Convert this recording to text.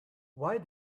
why